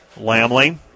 Lamley